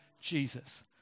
Jesus